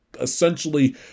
essentially